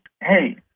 hey